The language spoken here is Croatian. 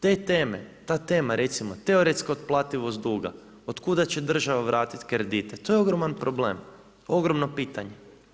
Te teme, ta tema, recimo teoretska otplativost duga, od kuda će država vratiti kredite, to je ogroman problem, Ogromno pitanje.